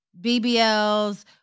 BBLs